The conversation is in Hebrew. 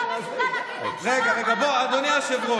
לא גמרתם עם הסיפור הזה?